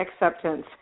acceptance